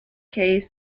case